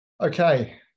Okay